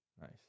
Nice